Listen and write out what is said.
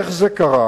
איך זה קרה?